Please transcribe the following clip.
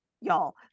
Y'all